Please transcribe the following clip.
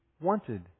wanted